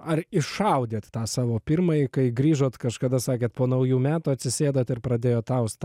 ar išaudėt tą savo pirmąjį kai grįžot kažkada sakėt po naujų metų atsisėdot ir pradėjot atausti